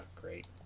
great